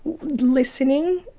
listening